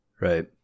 Right